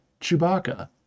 chewbacca